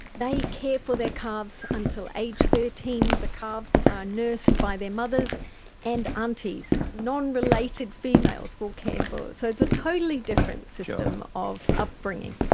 they care for their calves until age thirteen. the calves are nursed by their mothers and aunties. non-related females will care for, so it's a totally different system of upbringing.